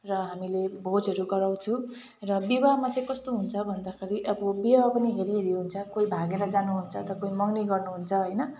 र हामीले भोजहरू गराउँछु र विवाहमा चाहिँ कस्तो हुन्छ भन्दाखेरि अब विवाह पनि हेरी हेरी हुन्छ कोही भागेर जानुहुन्छ त कोही मँगनी गर्नुहुन्छ हैन